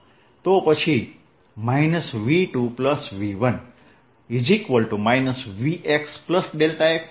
પછી V E